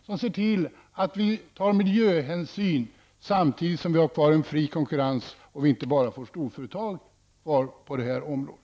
Vi ser till att ta miljöhänsyn samtidigt som vi har kvar fri konkurrens samt inte bara får storföretag på detta område.